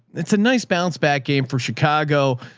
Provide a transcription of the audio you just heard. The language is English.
it's a nice bounce back game for chicago.